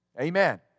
Amen